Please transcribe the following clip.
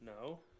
No